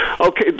Okay